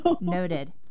Noted